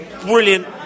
brilliant